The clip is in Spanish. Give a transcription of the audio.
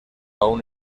aún